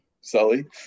Sully